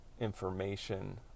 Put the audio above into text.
information